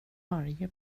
varje